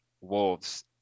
wolves